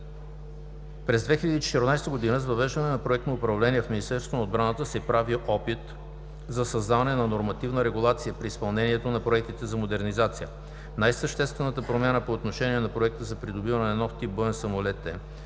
През 2014 г., с въвеждане на проектно управление в Министерство на отбраната, се прави опит за създаване на нормативна регулация при изпълнението на проектите за модернизация. Най-съществената промяна по отношение на Проекта за придобиване на нов тип боен самолет е,